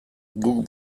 guk